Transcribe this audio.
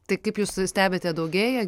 tai kaip jūs stebite daugėja